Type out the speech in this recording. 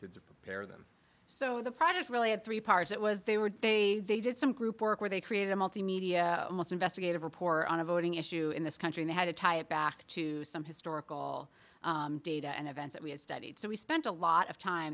did to prepare them so the product really had three parts it was they were they they did some group work where they created a multimedia investigative report on a voting issue in this country they had to tie it back to some historical data and events that we had studied so we spent a lot of time